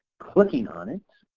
clicking on it